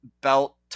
belt